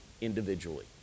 individually